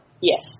yes